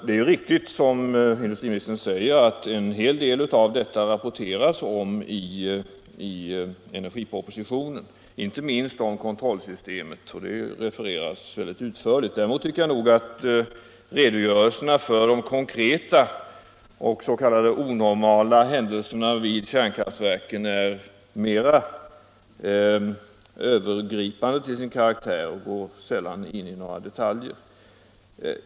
Det är riktigt som industriministern sade att man rapporterar om en hel del av detta i energipropositionen, inte minst om kontrollsystemet. Det refereras där mycket utförligt. Däremot tycker jag att redogörelsen för de konkreta och s.k. onormala händelserna vid kärnkraftverken är mera övergripande till sin karaktär och sällan går in på några detaljer.